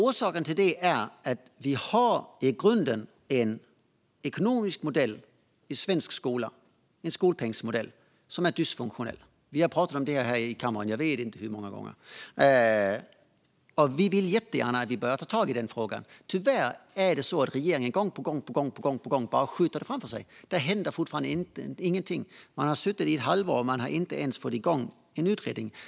Orsaken till det är att vi i grunden har en ekonomisk modell i svensk skola, en skolpengsmodell, som är dysfunktionell. Vi har pratat om det här i kammaren jag vet inte hur många gånger, och vi vill jättegärna börja ta tag i den frågan. Tyvärr är det så att regeringen gång på gång på gång bara skjuter detta framför sig. Det händer fortfarande ingenting. Man har suttit i ett halvår, och man har inte ens fått igång en utredning.